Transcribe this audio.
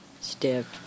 Stiff